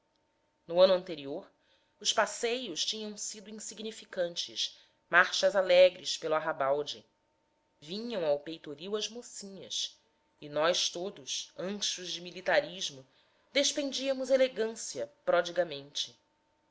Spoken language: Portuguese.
no ano anterior os passeios tinham sido insignificantes marchas alegres pelo arrabalde vinham ao peitoril as mocinhas e nós todos anchos de militarismo despendíamos elegância